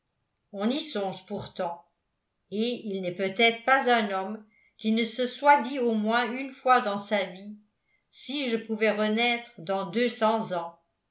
on y songe pourtant et il n'est peut-être pas un homme qui ne se soit dit au moins une fois dans sa vie si je pouvais renaître dans deux cents ans